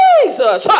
Jesus